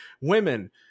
women